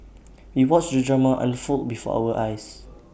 we watched the drama unfold before our eyes